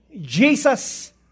Jesus